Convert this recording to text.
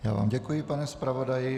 Já vám děkuji, pane zpravodaji.